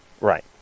Right